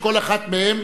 שכל אחת מהן